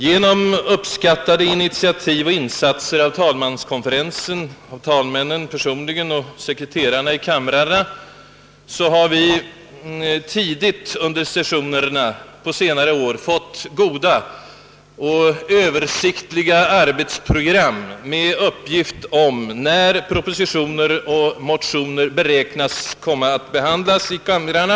Genom uppskattade initiativ och insatser av talmanskonferensen, talmännen personligen och kamrarnas sekreterare har vi tidigt under sessionerna på senare år fått goda och översiktliga arbetsprogram med uppgift om när propositioner och motioner beräknas komma att behandlas i kamrarna.